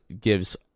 gives